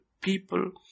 people